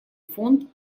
фонд